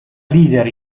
leader